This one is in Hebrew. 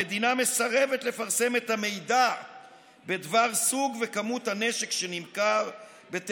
המדינה מסרבת לפרסם את המידע בדבר סוג הנשק שנמכר וכמותו,